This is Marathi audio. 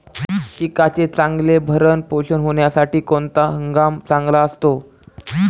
पिकाचे चांगले भरण पोषण होण्यासाठी कोणता हंगाम चांगला असतो?